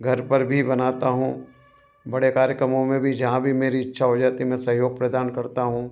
घर पर भी बनाता हूँ बड़े कार्यकमों में भी जहाँ भी मेरी इच्छा हो जाती मैं सहयोग प्रदान करता हूँ